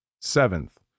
Seventh